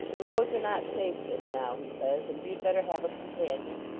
the roads are not safe just now, he says, and you'd better have a companion